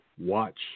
watch